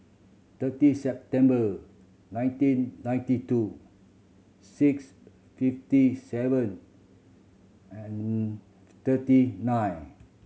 thirty September nineteen ninety two six fifty seven and thirty nine